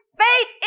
faith